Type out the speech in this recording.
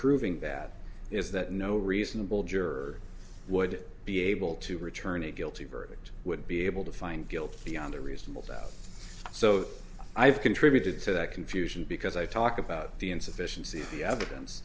proving that is that no reasonable juror would be able to return a guilty verdict would be able to find guilt beyond a reasonable doubt so i've contributed to that confusion because i talk about the insufficiency of the evidence